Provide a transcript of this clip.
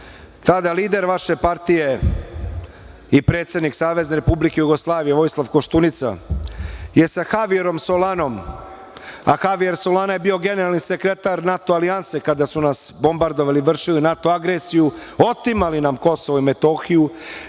tada lider vaše partije i predsednik SRJ Vojislav Koštunica je sa Havijerom Solanom, a Havijer Solana je bio generalni sekretar NATO alijanse kada su nas bombardovali i vršili NATO agresiju, otimali na KiM i Milom